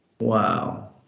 Wow